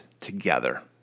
together